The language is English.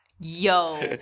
Yo